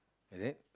is it